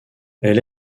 elle